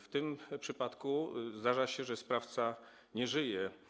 W tym przypadku zdarzyło się, że sprawca nie żyje.